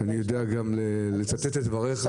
אני יודע גם לצטט את דבריך.